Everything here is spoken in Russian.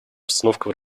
обстановка